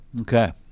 Okay